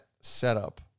setup